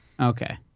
Okay